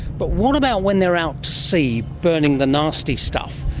but what about when they're out to sea burning the nasty stuff?